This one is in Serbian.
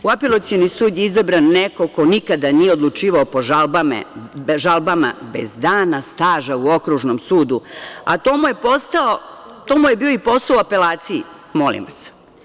U Apelacioni sud je izabran neko ko nikada nije odlučivao po žalbama, bez dana staža u Okružnom sudu, a to mu je bio posao i u apelaciji, molim vas.